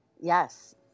yes